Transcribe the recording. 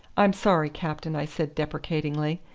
i'm sorry, captain, i said deprecatingly.